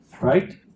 right